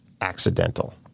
accidental